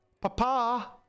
Papa